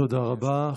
תודה רבה.